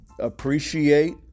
appreciate